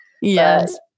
Yes